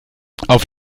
auf